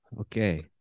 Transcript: Okay